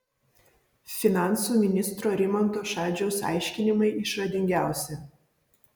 finansų ministro rimanto šadžiaus aiškinimai išradingiausi